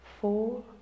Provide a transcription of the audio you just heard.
four